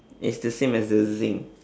it's the same as the zinc